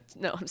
no